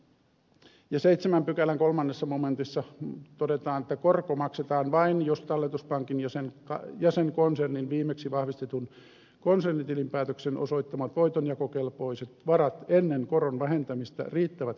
ja seitsemännen pykälän kolmannessa momentissa todetaan että korko maksetaan vain jos talletuspankin ja sen konsernin viimeksi vahvistetun konsernitilinpäätöksen osoittamat voitonjakokelpoiset varat ennen koron vähentämistä riittävät koron maksuun